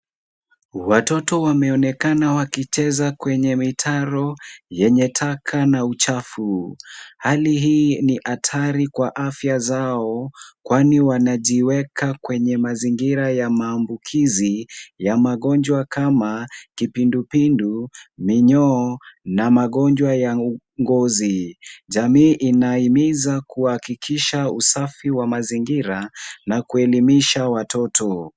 Watoto wameonekana wakicheza kwenye mitaro yenye taka na uchafu, hali hii ni hatari kwa afya zao kwani wanajiweka kwenye mazingira ya maambukizi ya magonjwa kama kipindupindu, minyoo na magonjwa ya ngozi. Jamii inahimiza kuhakikisha usafi wa mazingira na kuelimisha watoto.